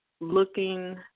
looking